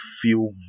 feel